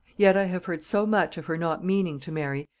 yet i have heard so much of her not meaning to marry,